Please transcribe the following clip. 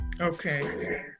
Okay